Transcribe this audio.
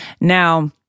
Now